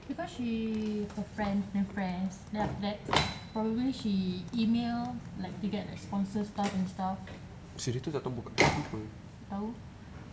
because she her friend punya friends then after that probably she email like to get sponsor stuff and stuff tak tahu